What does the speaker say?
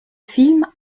film